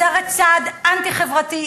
זה הרי צעד אנטי-חברתי,